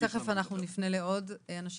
תכף אנחנו נפנה לעוד אנשים.